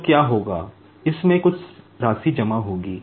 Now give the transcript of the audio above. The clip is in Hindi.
तो क्या होगा इसमें कुछ राशि जमा होगी